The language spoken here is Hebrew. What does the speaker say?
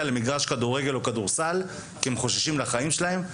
למגרש כדורגל או כדורסל כי הם חוששים לחיים שלהם,